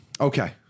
okay